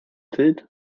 tid